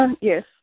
Yes